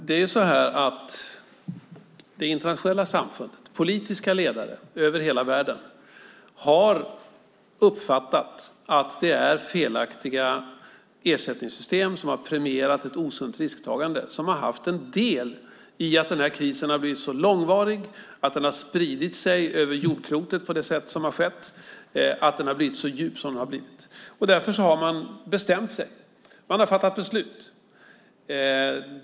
Fru talman! Det internationella samfundet, politiska ledare över hela världen, har uppfattat att det är felaktiga ersättningssystem som har premierat ett osunt risktagande som har haft en del i att den här krisen har blivit så långvarig, att den har spridit sig över jordklotet på det sätt som har skett och att den har blivit så djup som den har blivit. Därför har man bestämt sig och fattat ett beslut i frågan.